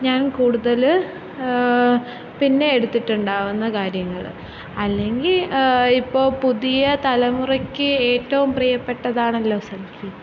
ഞാൻ കൂടുതല് പിന്നെ എടുത്തിട്ടുണ്ടാവുന്ന കാര്യങ്ങള് അല്ലെങ്കിൽ ഇപ്പോൾ പുതിയ തലമുറക്ക് ഏറ്റവും പ്രിയപ്പെട്ടതാണല്ലൊ സെൽഫി